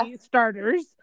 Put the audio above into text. starters